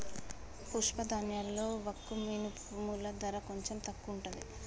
పప్పు ధాన్యాల్లో వక్క మినుముల ధర కొంచెం తక్కువుంటది